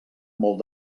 molt